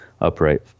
upright